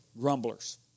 grumblers